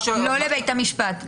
מה --- לא בבית המשפט.